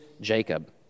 Jacob